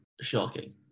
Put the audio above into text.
shocking